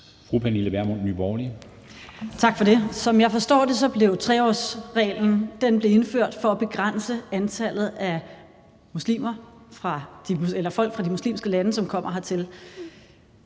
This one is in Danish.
Pernille Vermund (NB): Tak for det. Som jeg forstår det, blev 3-årsreglen indført for at begrænse antallet af folk fra de muslimske lande, som kommer hertil.